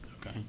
Okay